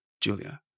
Julia